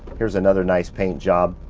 here's another nice paint job.